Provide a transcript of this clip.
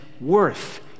worth